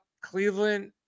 Cleveland